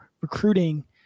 recruiting